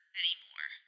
anymore